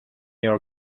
your